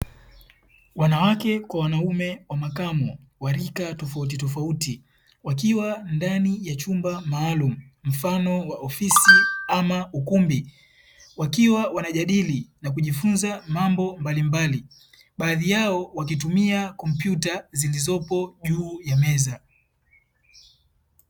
Wanawake kwa wanaume wa makamo wa rika tofauti tofauti wakiwa ndani ya chumba maalum mfano wa ofisi ama ukumbi wakiwa wanajadili na kujifunza mambo mbalimbali. Baadhi yao wakitumia kompyuta zilizoko juu ya meza.